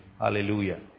Hallelujah